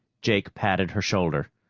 jake patted her shoulder.